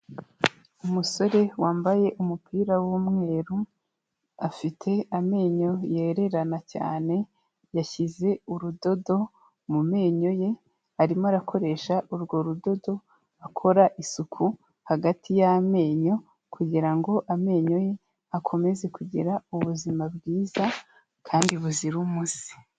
Umusore wambaye umupira w'umweru afite amenyo yererana cyane, yashyize urudodo mu menyo ye, arimo arakoresha urwo rudodo akora isuku hagati y'amenyo kugira ngo amenyo ye akomeze kugira ubuzima bwiza kandi buzira umuze.